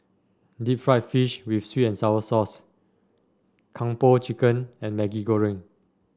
Deep Fried Fish with sweet and sour sauce Kung Po Chicken and Maggi Goreng